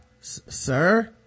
sir